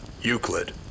Euclid